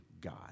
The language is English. God